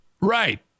right